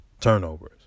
turnovers